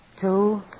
Two